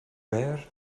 where